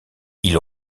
ils